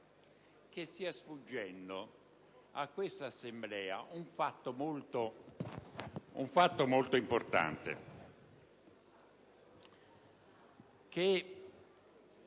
Credo stia sfuggendo a questa Assemblea un fatto molto importante,